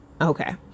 Okay